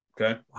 Okay